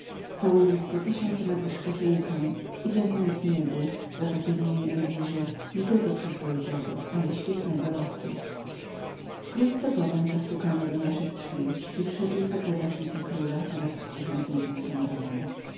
całując po tysiąc razy szkatułkę i dziękując niebu za zapewnienie elwirze nietylko przyzwoitego ale i świetnego losu wkrótce potem zastukano do naszych drzwi i wszedł sekretarz wicekróla w raz z urzędnikiem sądowym